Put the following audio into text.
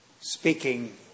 speaking